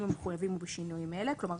המחויבים ובשינויים אלה:" כלומר,